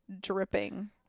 dripping